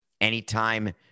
Anytime